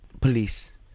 police